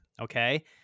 Okay